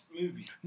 movies